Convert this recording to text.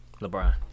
LeBron